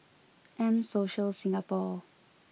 M Social Singapore